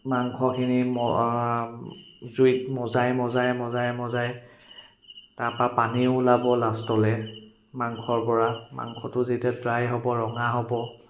মাংসখিনি জুইত মজাই মজাই মজাই মজাই তাৰপৰা পানী ওলাব লাষ্টলৈ মাংসৰপৰা মাংসটো যেতিয়া ড্ৰাই হ'ব ৰঙা হ'ব